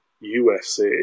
USA